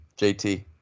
JT